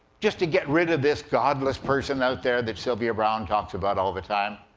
just to get rid of this godless person out there that sylvia browne talks about all the time?